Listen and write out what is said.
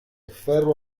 ferro